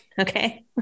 Okay